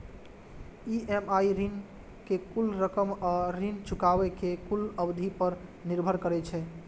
EMI ऋण के कुल रकम आ ऋण चुकाबै के कुल अवधि पर निर्भर करै छै